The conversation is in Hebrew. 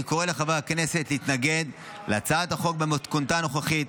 אני קורא לחברי הכנסת להתנגד להצעת החוק במתכונתה הנוכחית.